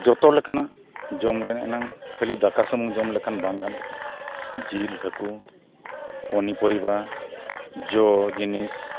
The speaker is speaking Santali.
ᱡᱷᱚᱛᱚ ᱞᱮᱠᱟᱱᱟᱜ ᱡᱚᱢ ᱞᱮ ᱮᱱᱟᱝ ᱠᱷᱟᱹᱞᱤ ᱫᱟᱠᱟ ᱥᱩᱢᱩᱝ ᱡᱚᱢ ᱞᱮᱠᱷᱟᱱ ᱵᱟᱝ ᱜᱟᱱᱚᱜᱼᱟ ᱡᱤᱞ ᱦᱟᱹᱠᱩ ᱯᱚᱱᱤᱯᱚᱨᱤᱵᱟ ᱡᱚ ᱡᱤᱱᱤᱥ